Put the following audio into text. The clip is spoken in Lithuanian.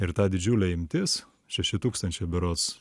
ir ta didžiulė imtis šeši tūkstančiai berods